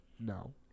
No